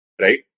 right